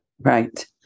Right